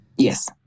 Yes